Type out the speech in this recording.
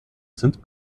sind